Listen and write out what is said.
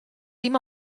dim